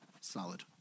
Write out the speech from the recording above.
solid